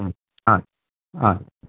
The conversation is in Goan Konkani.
हय